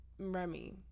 Remy